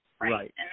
right